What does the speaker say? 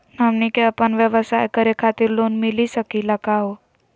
हमनी क अपन व्यवसाय करै खातिर लोन मिली सकली का हो?